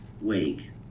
wake